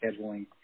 scheduling